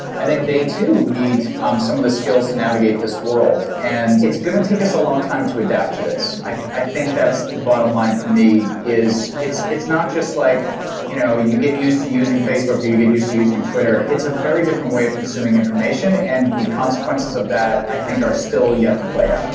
i think they too need um some of the skills to navigate this world, and it's going to take us a long time to adapt to this. i i think that's the bottom line for me is it's it's not just like you know you get used to using facebook or you're getting used to using twitter. it's a very different way of consuming information and the consequences of that i think are still yet to play